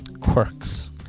quirks